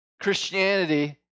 Christianity